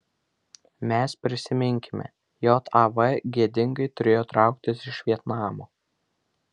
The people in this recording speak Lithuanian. mes prisiminkime jav gėdingai turėjo trauktis iš vietnamo